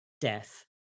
death